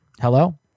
Hello